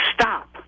stop